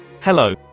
Hello